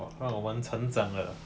我们成长了